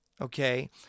Okay